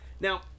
Now